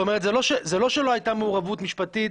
זאת אומרת, זה לא שלא הייתה מעורבות משפטית,